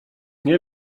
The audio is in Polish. nie